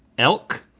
elk.